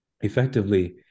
effectively